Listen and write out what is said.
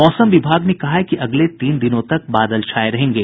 मौसम विभाग ने कहा है कि अगले तीन दिनों तक बादल छाये रहेंगे